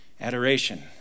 Adoration